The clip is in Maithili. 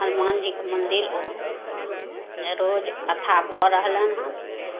हनुमान जीके मन्दिर ओहिमे रोज कथा भऽ रहलनि हन